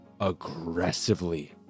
aggressively